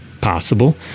possible